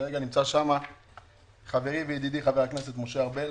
כרגע נמצא שם חברי וידידי, חבר הכנסת משה ארבל,